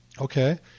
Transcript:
Okay